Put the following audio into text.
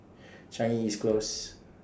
Changi East Close